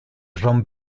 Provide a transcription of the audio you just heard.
ron